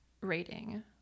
rating